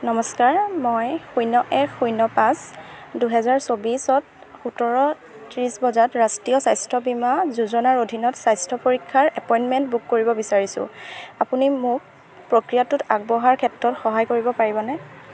নমস্কাৰ মই শূন্য এক শূন্য পাঁচ দুহাজাৰ চৌব্বিছত সোতৰ ত্ৰিশ বজাত ৰাষ্ট্ৰীয় স্বাস্থ্য বীমা যোজনাৰ অধীনত স্বাস্থ্য পৰীক্ষাৰ এপইণ্টমেণ্ট বুক কৰিব বিচাৰিছোঁ আপুনি মোক প্ৰক্ৰিয়াটোত আগবঢ়াৰ ক্ষেত্ৰত সহায় কৰিব পাৰিবনে